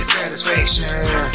satisfaction